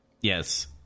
Yes